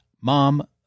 Mom